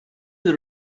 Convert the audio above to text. the